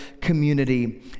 community